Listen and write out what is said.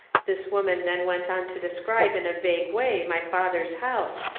this woman then went on to describe in a vague way my father's house,